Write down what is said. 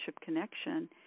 connection